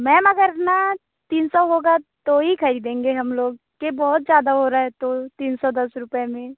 ma'am अगर न तीन सौ होगा तो ही खरीदेंगे हम लोग ये बहुत ज़्यादा हो रहा है तीन सौ दस रुपये में